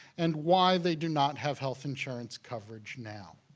and why they do not have health insurance coverage now.